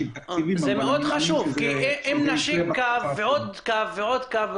זה חשוב כי אם נשיק קו ועוד קו ועוד קו,